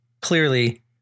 clearly